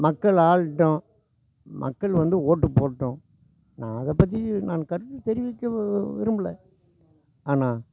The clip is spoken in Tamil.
மக்கள் ஆளட்டும் மக்கள் வந்து ஓட்டு போட்டும் நான் அதைப் பற்றி நான் கருத்து தெரிவிக்க விரும்பல ஆனால்